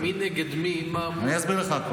מי נגד מי, מה, מו.